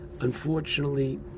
Unfortunately